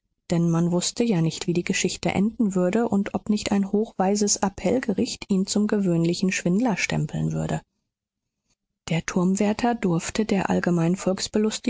denn man wußte ja nicht wie die geschichte enden würde und ob nicht ein hochweises appellgericht ihn zum gewöhnlichen schwindler stempeln würde der turmwärter durfte der